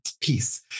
peace